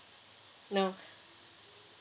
no